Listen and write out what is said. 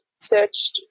searched